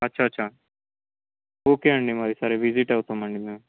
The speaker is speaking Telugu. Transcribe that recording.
అచ్చచ్చ ఓకే అండి మరి సరే విజిట్ అవుతాము అండి మేము